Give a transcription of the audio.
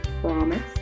Promise